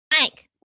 mike